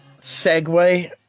segue